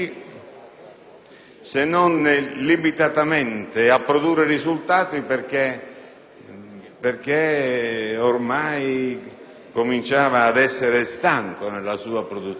se non limitatamente, a produrre risultati perché ormai cominciava ad essere stanco nella sua produzione.